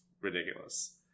ridiculous